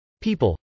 People